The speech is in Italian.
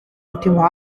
ultimo